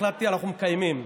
והחלטתי שאנחנו מקיימים.